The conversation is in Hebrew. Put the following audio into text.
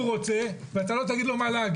מה שהוא רוצה ואתה לא תגיד לו מה להגיד,